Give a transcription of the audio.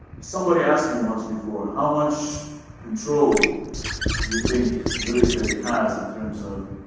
somebody asked me once before, how much control do you think the military has in terms of